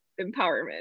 empowerment